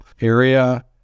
area